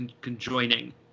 conjoining